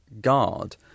guard